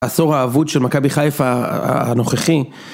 עשור האבוד של מכבי חיפה הנוכחי.